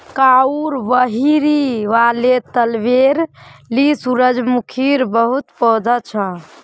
गांउर बहिरी वाले तलबेर ली सूरजमुखीर बहुत पौधा छ